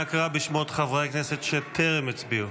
נא קרא בשמות חברי הכנסת שטרם הצביעו.